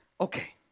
Okay